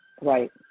Right